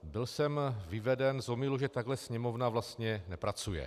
Byl jsem vyveden z omylu, že takhle Sněmovna vlastně nepracuje.